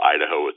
Idaho